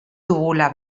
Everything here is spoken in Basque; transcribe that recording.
dugula